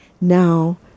now